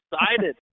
excited